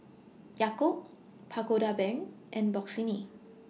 Yakult Pagoda Brand and Bossini